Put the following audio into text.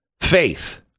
faith